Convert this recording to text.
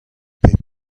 pep